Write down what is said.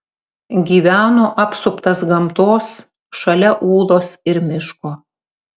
gyveno apsuptas gamtos šalia ūlos ir miško